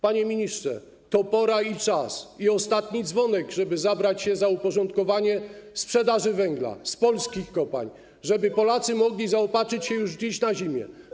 Panie ministrze, to pora, czas i ostatni dzwonek, żeby zabrać się za uporządkowanie sprzedaży węgla z polskich kopalń, żeby Polacy mogli zaopatrzyć się już dziś na zimę.